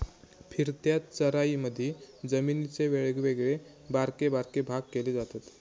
फिरत्या चराईमधी जमिनीचे वेगवेगळे बारके बारके भाग केले जातत